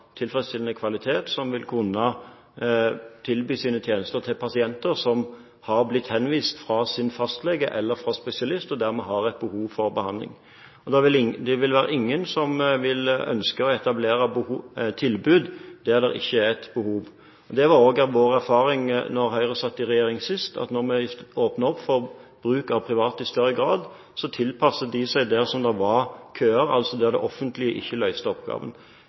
tilfredsstillende kvalitet, som vil kunne tilby sine tjenester til pasienter som er blitt henvist fra sin fastlege eller fra spesialist, og som dermed har et behov for behandling. Det vil ikke være noen som ønsker å etablere tilbud der det ikke er et behov. Det var også vår erfaring da Høyre satt i regjering sist. Da vi åpnet opp for bruk av private i større grad, tilpasset de seg der det var køer, altså der det offentlige ikke løste oppgaven.